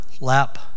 lap